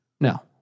No